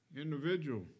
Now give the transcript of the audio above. Individual